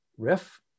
Riff